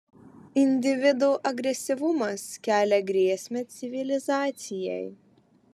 individų agresyvumas kelia grėsmę civilizacijai